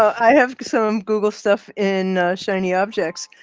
i have some google stuff in shiny objects.